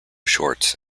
shorts